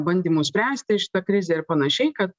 bandymus spręsti šitą krizę ir panašiai kad